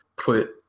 put